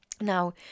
now